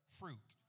fruit